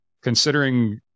considering